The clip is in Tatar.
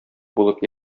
булып